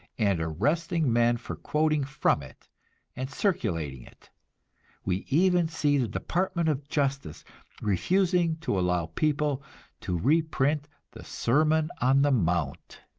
and arresting men for quoting from it and circulating it we even see the department of justice refusing to allow people to reprint the sermon on the mount!